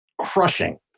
crushing